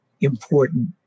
important